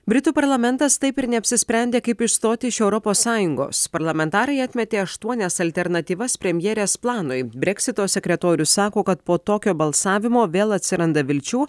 britų parlamentas taip ir neapsisprendė kaip išstoti iš europos sąjungos parlamentarai atmetė aštuonias alternatyvas premjerės planui breksito sekretorius sako kad po tokio balsavimo vėl atsiranda vilčių